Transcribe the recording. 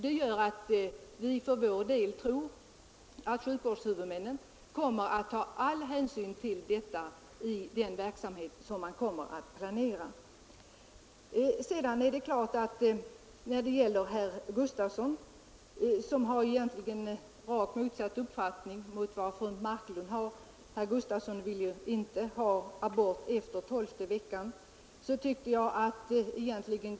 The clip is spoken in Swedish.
Det gör att vi för vår del tror att sjukvårdshuvudmännen kommer att ta all hänsyn till detta i den verksamhet som de planerar. Sedan är det tydligt att herr Gustavsson i Alvesta har rakt motsatt uppfattning mot fru Marklund. Herr Gustavsson vill att abort i princip inte skall beviljas efter tolfte havandeskapsveckan.